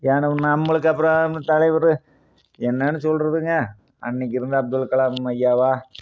ஏனால் நம்மளுக்கு அப்புறோம் தலைவர் என்னன்னு சொல்றதுங்க அன்றைக்கு இருந்த அப்துல் கலாம் அய்யாவா